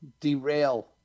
derail